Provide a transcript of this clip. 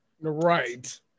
Right